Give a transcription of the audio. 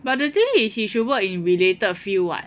but the thing is he should work in related field [what]